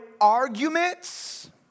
arguments